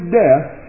death